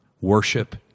Worship